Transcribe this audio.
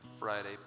Friday